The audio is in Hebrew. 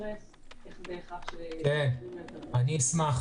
אני מ-IBC.